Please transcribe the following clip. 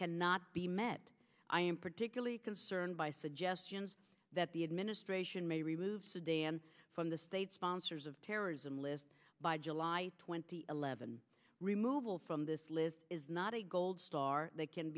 cannot be met i am particularly concerned by suggestions that the administration may remove sedan from the state sponsors of terrorism list by july twenty seventh removal from this list is not a gold star that can